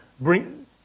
bring